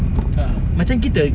a'ah